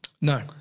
No